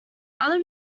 other